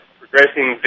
progressing